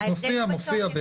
מופיע.